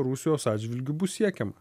rusijos atžvilgiu bus siekiama